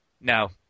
No